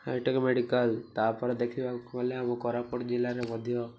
hi tech medical ତା'ପରେ ଦେଖିବାକୁ ଗଲେ ଆମ କୋରାପୁଟ ଜିଲ୍ଲାରେ ମଧ୍ୟ